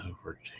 over